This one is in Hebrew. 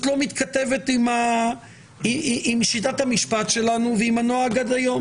לא מתכתבת עם שיטת המשפט שלנו ועם הנוהג עד היום.